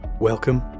Welcome